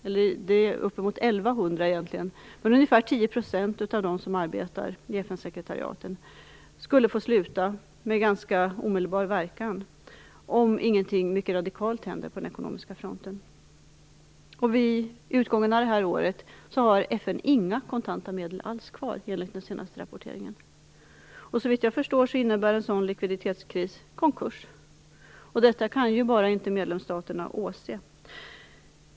Det är egentligen uppemot 1 100, men ungefär 10 % av dem som arbetar i FN-sekretariaten skulle få sluta med ganska omedelbar verkan om ingenting mycket radikalt händer på den ekonomiska fronten. Vid utgången av detta år har FN inga kontanta medel alls kvar enligt den senaste rapporteringen. Såvitt jag förstår innebär en sådan likviditetskris konkurs. Detta kan medlemsstaterna bara inte åse.